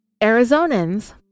Arizonans